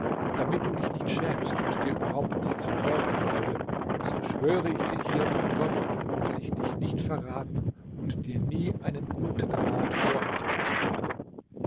damit du dich nicht schämst und dir überhaupt nichts verborgen bleibe so schwöre ich dir hier bei gott daß ich dich nicht verraten und dir nie einen guten rat vorenthalten werde